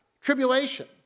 tribulation